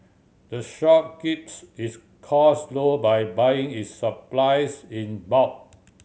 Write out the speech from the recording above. the shop keeps its cost low by buying its supplies in bulk